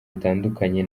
bitandukanye